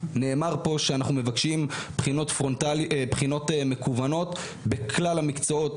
נאמר פה שאנחנו מבקשים בחינות מקוונות בכלל המקצועות.